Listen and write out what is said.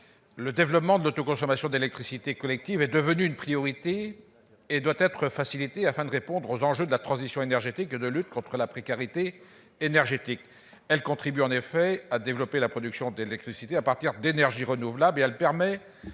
Le développement de l'autoconsommation d'électricité collective est devenu une priorité. Il doit être facilité, afin de répondre aux enjeux de la transition énergétique et de la lutte contre la précarité énergétique. En effet, l'autoconsommation d'électricité contribue à développer la production d'électricité à partir d'énergies renouvelables et permet